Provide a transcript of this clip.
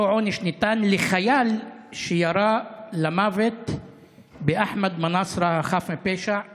אותו עונש ניתן לחייל שירה למוות באחמד מנאסרה החף מפשע והרגו.